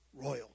royal